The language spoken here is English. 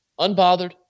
unbothered